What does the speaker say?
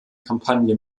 kampagne